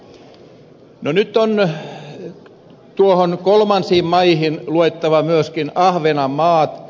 nyt on noihin kolmansiin maihin luettava myöskin ahvenanmaa